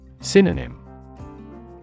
Synonym